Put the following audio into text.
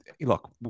look